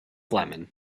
lemon